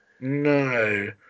No